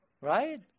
Right